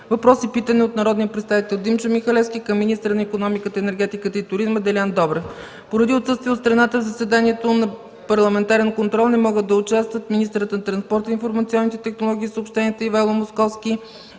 въпрос и питане от народния представител Димчо Михалевски към министъра на икономиката, енергетиката и туризма Делян Добрев. Поради отсъствие от страната, в заседанието за парламентарен контрол не могат да участват министърът на транспорта, информационните технологии и съобщенията Ивайло Московски